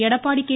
Edappadi K